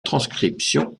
transcription